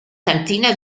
cantina